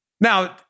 Now